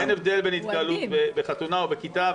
אין הבדל בין התקהלות בחתונה או בכיתה,